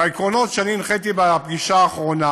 והעקרונות שהנחיתי בפגישה האחרונה